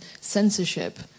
censorship